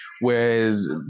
whereas